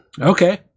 Okay